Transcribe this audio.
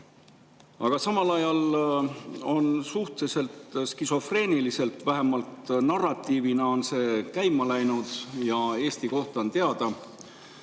Aga samal ajal on suhteliselt skisofreeniliselt – vähemalt narratiivina on see käima läinud – Eesti kohta